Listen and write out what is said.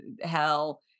hell